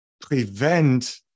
prevent